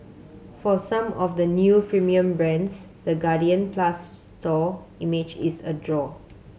for some of the new premium brands the Guardian Plus store image is a draw